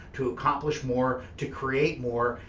to accomplish more, to create more,